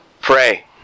pray